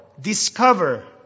discover